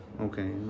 Okay